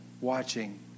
watching